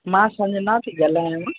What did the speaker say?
मां संजना थी ॻल्हायां